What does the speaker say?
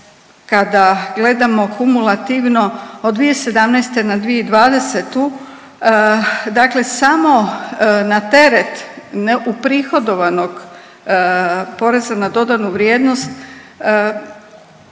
kada gledamo kumulativno od 2017. na 2020., dakle samo na teret neuprihodovanog poreza na dodanu vrijednost,